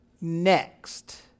next